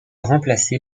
remplacé